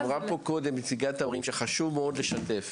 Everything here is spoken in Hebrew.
אמרה קודם נציגת ההורים שחשוב מאוד לשתף.